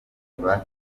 numva